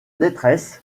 détresse